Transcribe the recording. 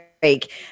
break